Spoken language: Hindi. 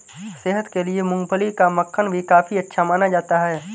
सेहत के लिए मूँगफली का मक्खन भी काफी अच्छा माना जाता है